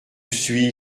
suis